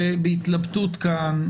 בהתלבטות כאן.